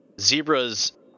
Zebra's